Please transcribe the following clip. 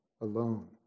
alone